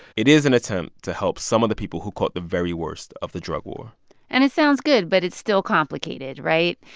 it is an attempt to help some of the people who caught the very worst of the drug war and it sounds good, but it's still complicated. right?